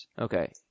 Okay